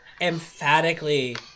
emphatically